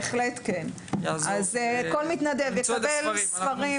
בהחלט כן, כל מתנדב יקבל ספרים.